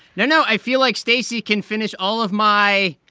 no. no. i feel like stacey can finish all of my.